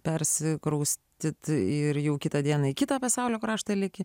persikraustyti ir jau kitą dieną į kitą pasaulio kraštą lyg